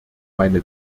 meine